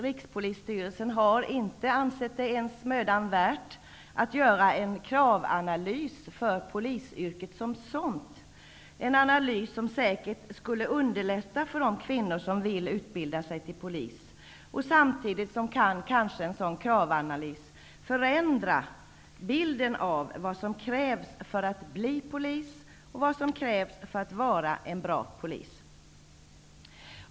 Rikspolisstyrelsen har inte ens ansett det vara mödan värt att göra en kravanalys beträffande polisyrket som sådant. En sådan analys skulle säkert göra det lättare för de kvinnor som vill utbilda sig till poliser. Samtidigt förändrar kanske en sådan kravanalys bilden av vad som krävs för att man skall kunna bli polis och av vad som krävs av en person för att denna skall vara en bra polis.